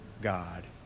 God